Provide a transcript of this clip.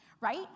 right